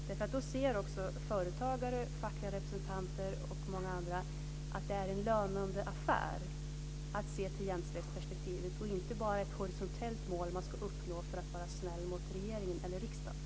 Då ser nämligen också företagare, fackliga representanter och många andra att det är en lönande affär att se till jämställdhetsperspektivet och inte bara ett horisontellt mål som man ska uppnå för att vara snäll mot regeringen eller riksdagen.